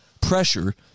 pressure